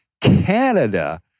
Canada